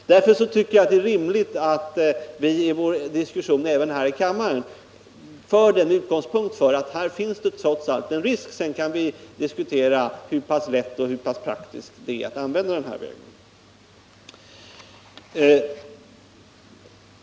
Därför tycker jag det är rimligt att vi i vår diskussion här i kammaren har som utgångspunkt att det trots allt finns en risk. Sedan kan vi diskutera hur pass lätt och hur pass praktiskt det är att gå den här vägen.